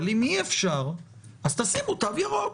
אבל אם אי-אפשר, אז תשימו תו ירוק.